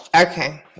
Okay